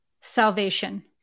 salvation